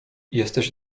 jesteś